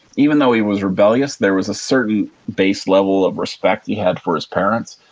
even though he was rebellious, there was a certain base level of respect he had for his parents.